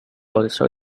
also